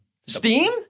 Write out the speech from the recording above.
Steam